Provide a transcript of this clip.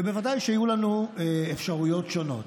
ובוודאי שיהיו לנו אפשרויות שונות.